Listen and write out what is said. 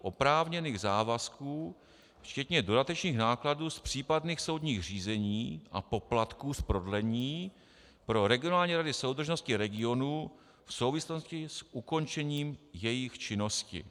oprávněných závazků včetně dodatečných nákladů z případných soudních řízení a poplatků z prodlení pro regionální rady soudržnosti regionů v souvislosti s ukončením jejich činnosti.